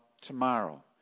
tomorrow